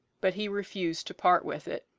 but he refused to part with it.